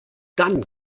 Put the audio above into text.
dann